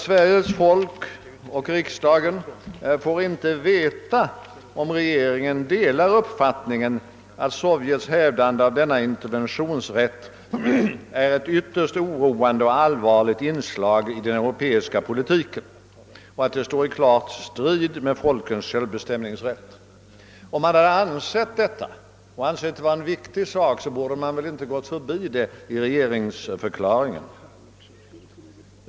Sveriges folk och riksdag får inte veta om regeringen delar uppfattningen att Sovjets hävdande av denna interventionsrätt är ett ytterst oroande och allvarligt inslag i den europeiska politi ken och att det står i klar strid mot folkens självbestämmanderätt. Om man anser detta och betraktar det som en viktig sak, borde regeringen inte ha gått förbi den i sin deklaration.